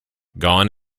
gone